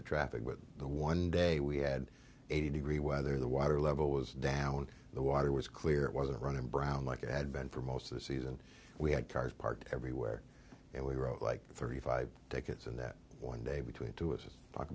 the traffic with the one day we had eighty degree weather the water level was down the water was clear it wasn't running brown like it had been for most of the season we had cars parked everywhere and we rode like thirty five tickets and that one day between two